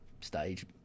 stage